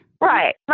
right